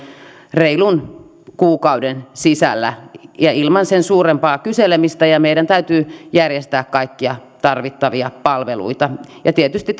reilun kuukauden sisällä ja ilman sen suurempaa kyselemistä ja meidän täytyy järjestää kaikkia tarvittavia palveluita tietysti